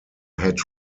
had